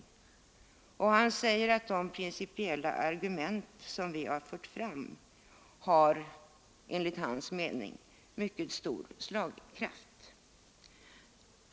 Statsrådet Bengtsson säger att de principiella argument som vi fört fram enligt hans mening har mycket stor slagkraft.